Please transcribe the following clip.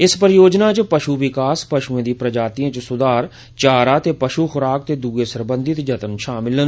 इस परियोजना च पषु विकास पषुएं दी प्रजातिएं च सुधार चारा ते पषु खुराक ते दुए सत्कंसित जतन षामल न